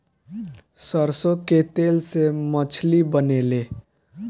सरसों के तेल से मछली बनेले